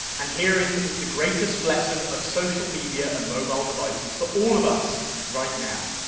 and herein is the greatest lesson of social media and mobile devices for all of us right now.